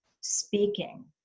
speaking